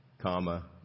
comma